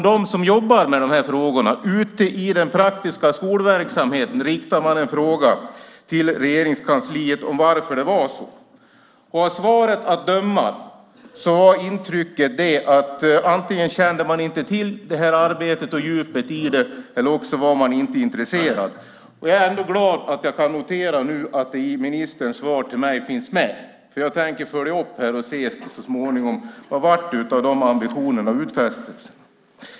De som jobbar med de här frågorna ute i den praktiska skolverksamheten riktade till och med en fråga till Regeringskansliet varför det var så. Av svaret att döma var intrycket att man antingen inte kände till det här arbetet eller djupet i det eller inte var intresserad. Jag är ändå glad att jag nu kan notera att det finns med i ministerns svar till mig. Jag tänker följa upp det så småningom och se vad det blev av ambitionerna och utfästelserna.